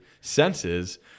senses